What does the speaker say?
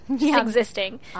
existing